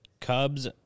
Cubs